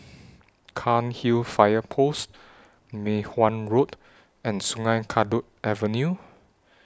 Cairnhill Fire Post Mei Hwan Road and Sungei Kadut Avenue